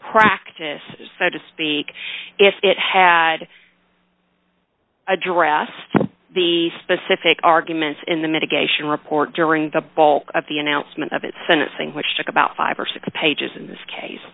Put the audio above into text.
practice so to speak if it had addressed the specific arguments in the medication report during the bulk of the announcement of it sentencing which took about five or six pages in this case